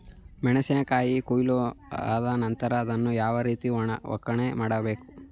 ಮೆಣಸಿನ ಕಾಯಿಯನ್ನು ಕೊಯ್ಲು ಆದ ನಂತರ ಅದನ್ನು ಯಾವ ರೀತಿ ಒಕ್ಕಣೆ ಮಾಡಬೇಕು?